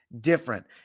different